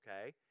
okay